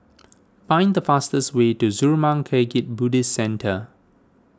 find the fastest way to Zurmang Kagyud Buddhist Centre